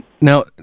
Now